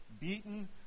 beaten